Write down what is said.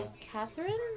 Catherine